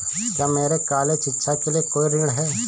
क्या मेरे कॉलेज शिक्षा के लिए कोई ऋण है?